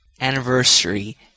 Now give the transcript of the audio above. anniversary